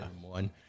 one